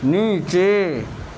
نیچے